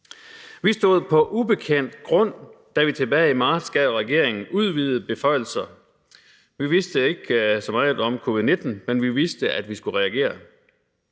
Vi stod på ukendt grund, da vi tilbage i marts gav regeringen udvidede beføjelser. Vi vidste ikke så meget om covid-19, men vi vidste, at vi skulle reagere.